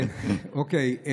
כן, אוקיי.